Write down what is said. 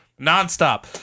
Nonstop